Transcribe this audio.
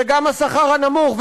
זה גם השכר הנמוך,